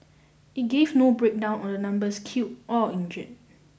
It gave no breakdown on the numbers killed or injured